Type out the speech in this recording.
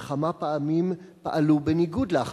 וכמה פעמים פעלו בניגוד להחלטה?